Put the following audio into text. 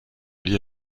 liées